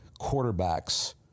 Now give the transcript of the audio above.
quarterbacks